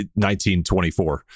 1924